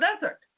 desert